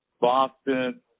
Boston